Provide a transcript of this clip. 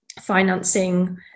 financing